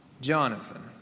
Jonathan